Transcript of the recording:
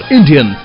Indian